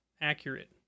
accurate